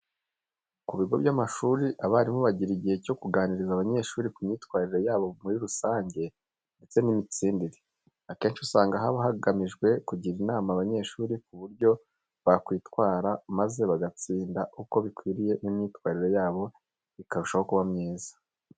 Ku bigo by'amashuri abarimu bagira igihe cyo kuganiriza abanyeshuri ku myitwarire yabo muri rusange ndetse n'imitsindire. Akenshi usanga haba hagamijwe kugira inama abanyeshuri ku buryo bakwitwara maze bagatsinda uko bikwiye n'imyitwarire yabo ikarushaho kuba myiza.